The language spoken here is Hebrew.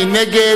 מי נגד?